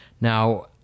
Now